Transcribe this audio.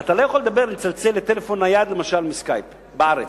אתה לא יכול לצלצל לטלפון נייד למשל מ"סקייפ" בארץ.